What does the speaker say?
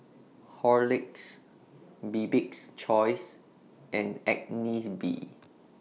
Horlicks Bibik's Choice and Agnes B